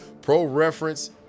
ProReference